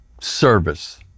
service